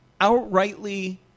outrightly